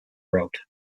road